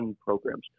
programs